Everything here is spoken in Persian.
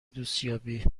دوستیابی